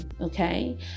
okay